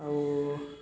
ଆଉ